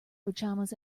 pajamas